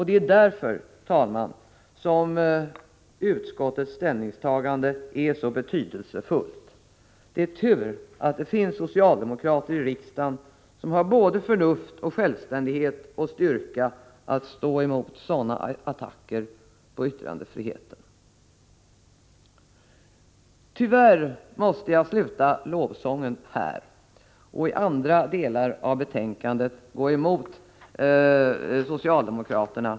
Det är därför, herr talman, som utskottets ställningstagande är så betydelsefullt. Det är tur att det finns socialdemokrater i riksdagen som har både förnuft, självständighet och styrka att stå emot sådana attacker på yttrandefriheten. Tyvärr måste jag sluta lovsången här och i andra delar av betänkandet gå emot socialdemokraterna.